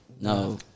No